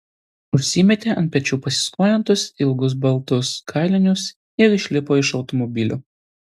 užsimetė ant pečių pasiskolintus ilgus baltus kailinius ir išlipo iš automobilio